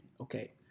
Okay